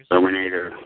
Terminator